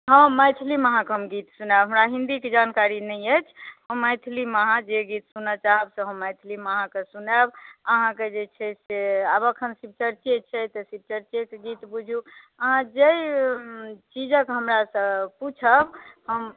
हॅं मैथिलीमे हम अहाँकेॅं गीत सुनायब हमरा हिन्दीक जानकारी नहि अछि हम मैथिलीमे अहाँ जे गीत सुनय चाहब से गीत हम मैथिलीमे सुनायब अहाँ के जे छै आब एखन शिवचर्चे छै तऽ शिवचर्चे के गीत बुझू अहाँ जाहि चीजके हमरा सॅं पूछब हम